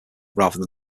rather